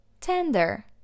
Tender